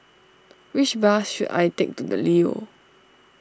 which bus should I take to the Leo